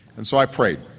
and so i prayed,